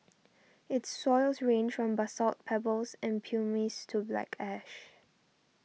its soils range from basalt pebbles and pumice to black ash